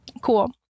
Cool